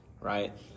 right